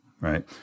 right